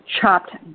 chopped